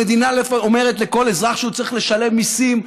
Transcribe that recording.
המדינה אומרת לכל אזרח שהוא צריך לשלם מיסים,